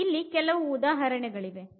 ಇಲ್ಲಿ ಕೆಲವು ಉದಾಹರಣೆಗಳಿವೆ